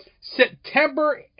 September